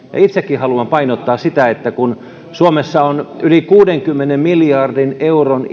itsekin haluan painottaa sitä että kun suomessa on tarve yli kuudenkymmenen miljardin euron